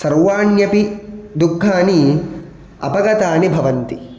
सर्वाण्यपि दुःखानि अपगतानि भवन्ति